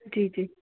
जी जी